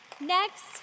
Next